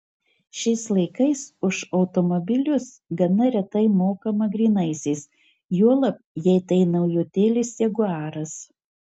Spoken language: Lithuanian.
šiais laikais už automobilius gana retai mokama grynaisiais juolab jei tai naujutėlis jaguaras